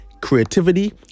creativity